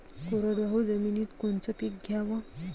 कोरडवाहू जमिनीत कोनचं पीक घ्याव?